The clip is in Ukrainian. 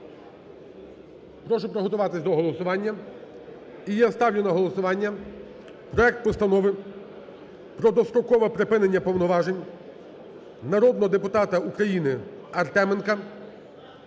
прошу приготуватись до голосування.